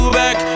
back